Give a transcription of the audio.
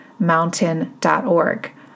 mountain.org